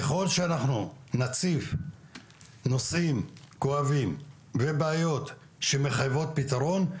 ככל שאנחנו נציף נושאים כואבים ובעיות שמחייבות פתרון,